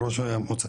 ראש המועצה,